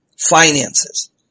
finances